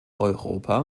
europa